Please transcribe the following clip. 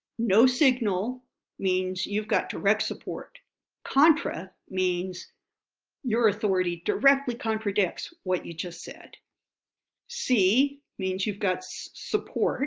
no signal means you've got direct support contra means your authority directly contradicts what you just said see means you've got so support